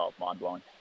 mind-blowing